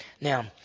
Now